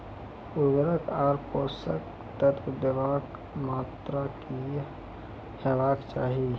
उर्वरक आर पोसक तत्व देवाक मात्राकी हेवाक चाही?